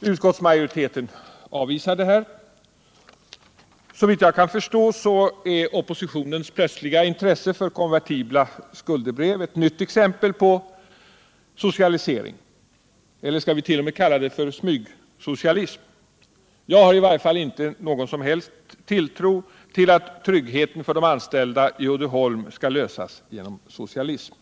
Utskottsmajoriteten avvisar detta. Såvitt jag förstår är oppositionens plötsliga intresse för konvertibla skuldebrev ett nytt exempel på socialisering, eller skall vi kanske hellre kalla det för smygsocialism. Jag har i varje fall inte någon som helst tilltro till att trygghet för de anställda i Uddeholm kan åstadkommas genom socialism.